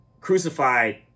crucified